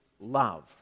love